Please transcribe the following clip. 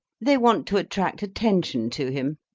they want to attract attention to him.